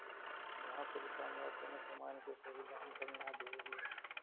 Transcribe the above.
गांव के दुकानदार कवनो समान के सही दाम पर ना देवे ले